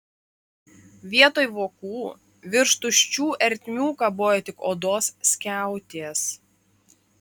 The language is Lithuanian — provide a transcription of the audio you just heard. vietoj vokų virš tuščių ertmių kabojo tik odos skiautės